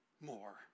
more